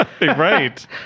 Right